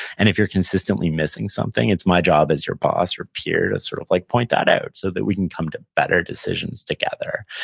and if you're consistently missing something, it's my job as your boss or peer to sort of like point that out so that we can come to better decisions together,